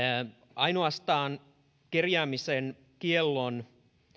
kerjäämisen kiellon